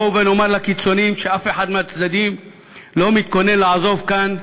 בואו ונאמר לקיצונים שאף אחד מהצדדים לא מתכונן לעזוב אלא